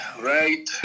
Right